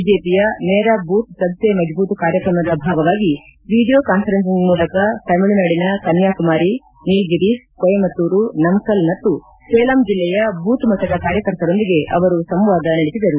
ಬಿಜೆಪಿಯ ಮೇರಾ ಬೂತ್ ಸಬ್ಸೇ ಮಜ್ಜೂತ್ ಕಾರ್ಯಕ್ರಮದ ಭಾಗವಾಗಿ ವಿಡಿಯೋ ಕಾಸ್ತರೇನ್ಲಿಂಗ್ ಮೂಲಕ ತಮಿಳುನಾಡಿನ ಕನ್ನಾಕುಮಾರಿ ನೀಲ್ಗಿರೀಸ್ ಕೊಯಮತ್ತೂರು ನಮ್ನಲ್ ಮತ್ತು ಸೇಲಂ ಜಿಲ್ಲೆಯ ಬೂತ್ ಮಟ್ಟದ ಕಾರ್ಯಕರ್ತರೊಂದಿಗೆ ಅವರು ಸಂವಾದ ನಡೆಸಿದರು